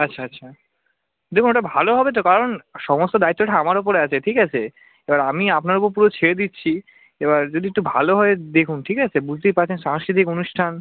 আচ্ছা আচ্ছা দেখুন ওটা ভালো হবে তো কারণ সমস্ত দায়িত্বটা আমার ওপরে আছে ঠিক আছে এবার আমি আপনার ওপর পুরো ছেড়ে দিচ্ছি এবার যদি একটু ভালো হয় দেখুন ঠিক আছে বুঝতেই পারছেন সাংস্কৃতিক অনুষ্ঠান